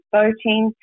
voting